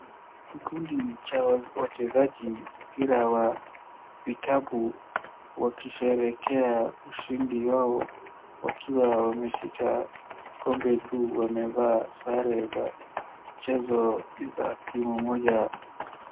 Kikundi cha wachezaji mpira wa vikapu wakisherehekea ushindi wao wakiwa wameshika kombe juu. Wamevaa sare za mchezo za timu moja.